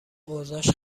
اوضاش